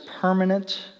permanent